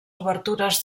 obertures